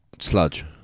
Sludge